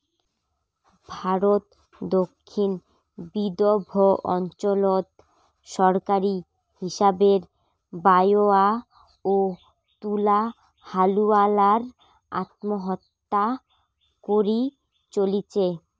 ভারতর দক্ষিণ বিদর্ভ অঞ্চলত সরকারী হিসাবের বায়রাও তুলা হালুয়ালার আত্মহত্যা করি চলিচে